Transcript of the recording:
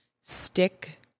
stick